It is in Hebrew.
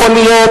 יכול להיות